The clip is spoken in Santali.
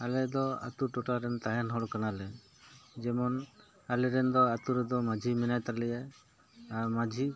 ᱟᱞᱮᱫᱚ ᱟᱛᱳ ᱴᱚᱴᱷᱟ ᱨᱮᱱ ᱛᱟᱦᱮᱱ ᱦᱚᱲ ᱠᱟᱱᱟᱞᱮ ᱡᱮᱢᱚᱱ ᱟᱞᱮᱨᱮᱱ ᱫᱚ ᱟᱛᱳ ᱨᱮᱫᱚ ᱢᱟᱺᱡᱷᱤ ᱢᱮᱱᱟᱭ ᱛᱟᱞᱮᱭᱟ ᱟᱨ ᱢᱟᱺᱡᱷᱤ